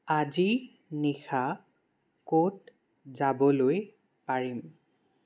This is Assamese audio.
আজি নিশা ক'ত যাবলৈ পাৰিম